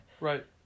Right